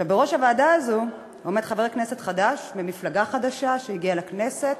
בראש הוועדה הזו עומד חבר כנסת חדש ממפלגה חדשה שהגיעה לכנסת,